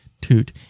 toot